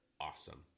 awesome